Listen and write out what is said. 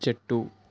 చెట్టు